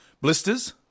Blisters